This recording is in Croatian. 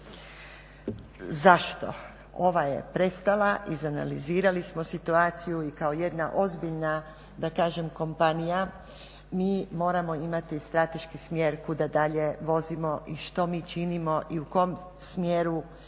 Zašto? Ova je prestala, izanalizirali smo situaciju i kao jedna ozbiljna da kažem kompanija mi moramo imati strateški smjer kuda dalje vozimo i što mi činimo i u kojem smjeru,